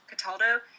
Cataldo